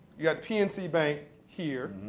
you got pnc bank here.